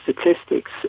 statistics